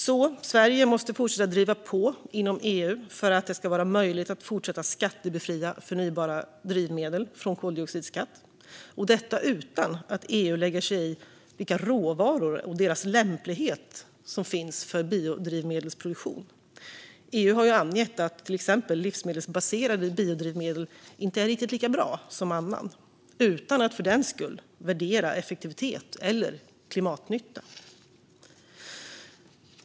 Sverige måste fortsätta att driva på inom EU för att det ska vara möjligt att fortsätta att befria förnybara drivmedel från koldioxidskatt, detta utan att EU lägger sig i vilka råvaror som finns och deras lämplighet för biodrivmedelsproduktion. EU har angett att till exempel livsmedelsbaserade biodrivmedel inte är riktigt lika bra som annat, utan att för den skull värdera effektivitet eller klimatnytta.